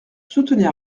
soutenir